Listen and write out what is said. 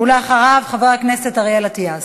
ואחריו, חבר הכנסת אריאל אטיאס.